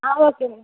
ah okay ma'am